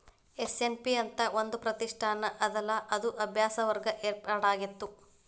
SNP ಅಂತ್ ಒಂದ್ ಪ್ರತಿಷ್ಠಾನ ಅದಲಾ ಅದು ಅಭ್ಯಾಸ ವರ್ಗ ಏರ್ಪಾಡ್ಮಾಡಿತ್ತು